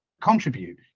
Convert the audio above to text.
contribute